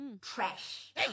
Trash